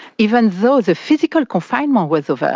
even though the physical confinement was over,